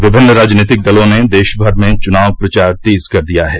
विभिन्न राजनीतिक दलों ने देश भर में चुनाव प्रचार तेज कर दिया है